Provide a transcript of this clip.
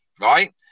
Right